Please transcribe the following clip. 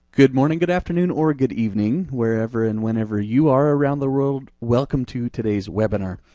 good morning, good afternoon, or good evening, wherever and whenever you are around the world, welcome to today's webinar.